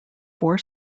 four